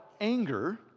anger